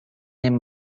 name